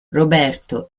roberto